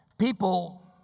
People